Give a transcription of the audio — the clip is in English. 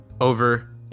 over